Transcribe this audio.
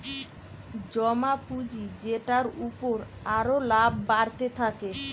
জমা পুঁজি যেটার উপর আরো লাভ বাড়তে থাকে